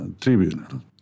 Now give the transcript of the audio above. tribunal